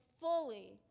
fully